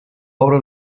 obra